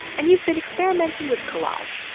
and you've been experimenting with collage.